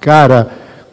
cari